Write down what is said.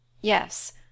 Yes